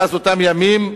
מאז אותם ימים,